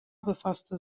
befasste